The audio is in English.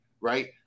right